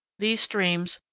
these streams,